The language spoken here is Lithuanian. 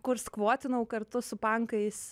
kur skvotinau kartu su pankais